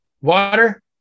water